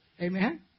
Amen